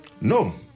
No